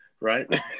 right